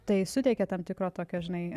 tai suteikia tam tikro tokio žinai